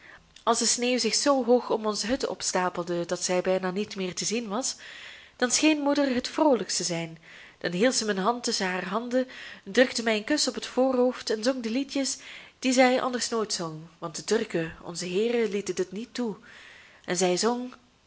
als de sneeuw zich zoo hoog om onze hut opstapelde dat zij bijna niet meer te zien was dan scheen moeder het vroolijkst te zijn dan hield zij mijn hoofd tusschen haar handen drukte mij een kus op het voorhoofd en zong de liedjes die zij anders nooit zong want de turken onze heeren lieten dit niet toe en zij zong